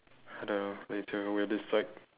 I don't know later we'll decide